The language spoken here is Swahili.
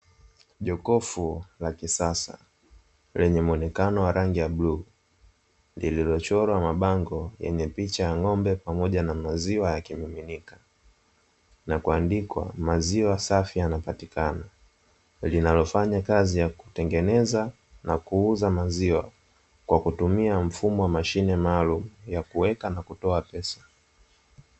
Jokofu la kisasa lenye mwonekano wa rangi ya bluu lililochorwa mabango yenye picha ya ng'ombe pamoja na maziwa ya kimiminika na kuandikwa 'Maziwa safi yanapatikana' linalofanya kazi ya kutengeneza na kuuza maziwa kwa kutumia mfumo wa mashine maalum ya kuweka na kutoa pesa.